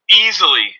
Easily